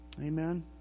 Amen